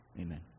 amen